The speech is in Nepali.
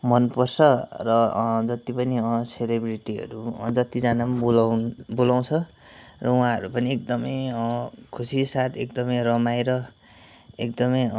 मनपर्छ र जति पनि सेलेब्रिटीहरू जतिजना पनि बोलाउ बोलाउँछ र उहाँहरू पनि एकदमै खुसी साथ एकदमै रमाएर एकदमै